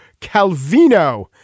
Calvino